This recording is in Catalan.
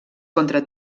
contra